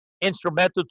instrumental